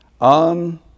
on